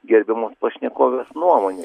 gerbiamos pašnekovės nuomonę